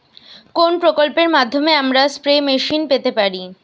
কোন প্রকল্পের মাধ্যমে আমরা স্প্রে মেশিন পেতে পারি?